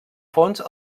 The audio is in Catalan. fons